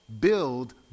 build